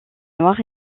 noirs